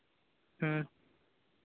ᱦᱮᱸ